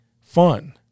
fun